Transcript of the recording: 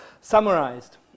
summarized